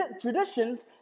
traditions